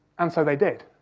and so they did.